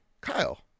kyle